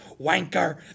wanker